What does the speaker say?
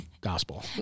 gospel